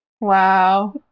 Wow